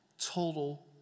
total